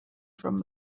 from